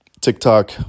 TikTok